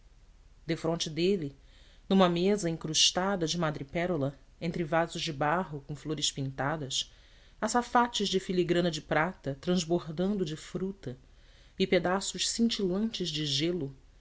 defronte dele numa mesa incrustada de madrepérola entre vasos de barro com flores pintadas açafates de filigrana de prata transbordando de fruta e pedaços cintilantes de gelo